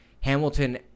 Hamilton